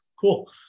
cool